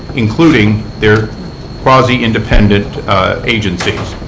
including their quasi-independent agencies.